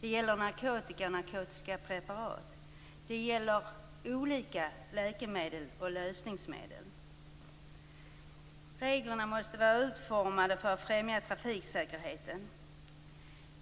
Det gäller narkotika och narkotiska preparat. Det gäller olika läkemedel och lösningsmedel. Reglerna måste vara utformade för att främja trafiksäkerheten.